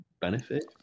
benefit